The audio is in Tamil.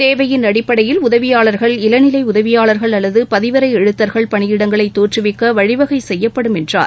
தேவையின் அடிப்படையில் உதவியாளர்கள் இளநிலை உதவியாளர்கள் அல்லது பதிவறை எழுத்தர்கள் பணியிடங்களை தோற்றுவிக்க வழிவகை செய்யப்படும் என்றார்